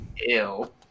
Ew